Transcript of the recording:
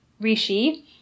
Rishi